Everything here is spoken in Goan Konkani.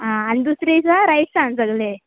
आं आनी दुसरें दिसा रायसान सगळें